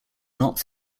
not